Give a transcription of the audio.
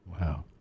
Wow